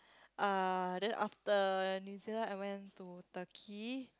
uh then after New Zealand I went to Turkey